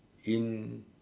in